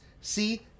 See